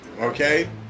Okay